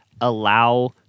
allow